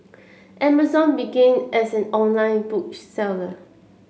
Amazon began as an online book seller